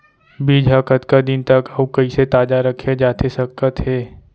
बीज ह कतका दिन तक अऊ कइसे ताजा रखे जाथे सकत हे?